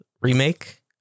remake